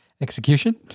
Execution